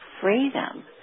freedom